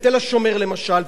בתל-השומר למשל,